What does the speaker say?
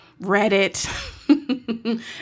Reddit